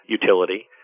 utility